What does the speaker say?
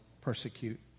persecute